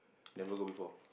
never go before